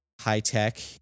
high-tech